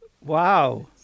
wow